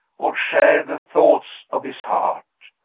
or share the thoughts of his heart.